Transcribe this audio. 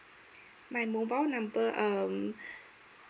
my mobile number um